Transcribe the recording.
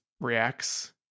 reacts